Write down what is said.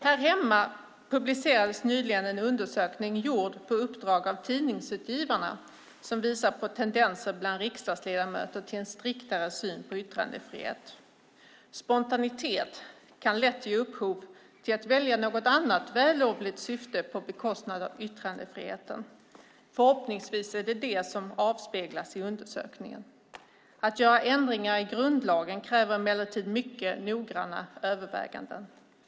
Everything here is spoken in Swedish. Här hemma publicerades nyligen en undersökning gjord på uppdrag av Tidningsutgivarna som visar på tendenser bland riksdagsledamöter till en striktare syn på yttrandefrihet. Spontanitet kan lätt ge upphov till att välja något annat vällovligt syfte på bekostnad av yttrandefriheten. Förhoppningsvis är det det som avspeglas i undersökningen. Att göra ändringar i grundlagen kräver emellertid mycket noggranna överväganden.